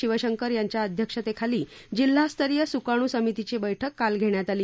शिवशंकर यांचे अध्यक्षतेखाली जिल्हास्तरीय सुकाणू समितीची बैठक काल घेण्यात आली